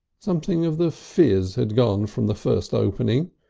something of the fizz had gone from the first opening,